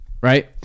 Right